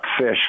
fish